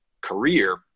career